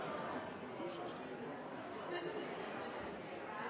så skal